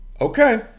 Okay